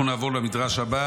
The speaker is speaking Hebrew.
אצלנו נפקא